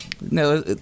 No